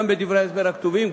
גם בדברי ההסבר הכתובים,